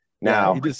Now